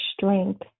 strength